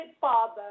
Father